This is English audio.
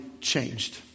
changed